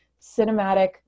cinematic